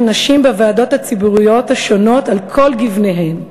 נשים בוועדות הציבוריות השונות על כל גוניהן.